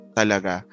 talaga